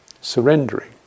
Surrendering